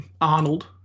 Arnold